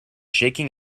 shaking